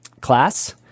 class